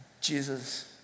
Jesus